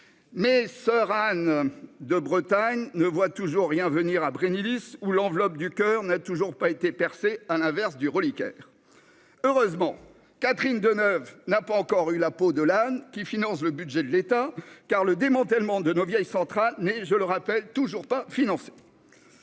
soeur Anne- de Bretagne -ne voit toujours rien venir à Brennilis, où l'enveloppe du coeur n'a toujours pas été percée, à l'inverse du reliquaire. Heureusement, Catherine Deneuve n'a pas encore eu la peau de l'âne qui paye le budget de l'État, car le démantèlement de nos vieilles centrales n'est, je le rappelle, toujours pas financé